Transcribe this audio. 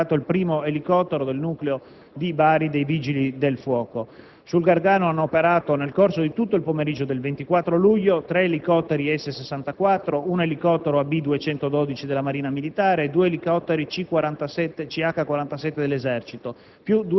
è arrivato il primo elicottero del nucleo di Bari dei Vigili del fuoco. Sul Gargano hanno operato, nel corso di tutto il pomeriggio del 24 luglio, tre elicotteri S-64, un elicottero AB-212 della Marina militare e due elicotteri CH-47 dell'Esercito,